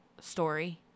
story